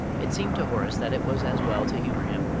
it seemed to horace that it was as well to humour him,